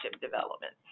development